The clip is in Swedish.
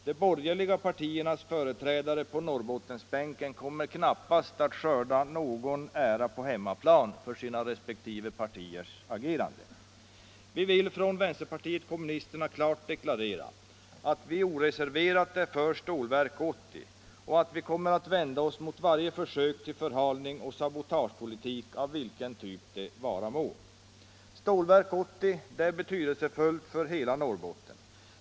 De borgerliga partiernas företrädare på Norrbottensbänken kommer knappast att skörda någon ära på hemmaplan för sina resp. partiers agerande. Vi vill från vpk klart deklarera att vi oreserverat är för Stålverk 80, att vi kommer att vända oss mot varje försök till förhalning och sabotagepolitik av vilken typ det vara må. Stålverk 80 är betydelsefullt för hela Norrbotten.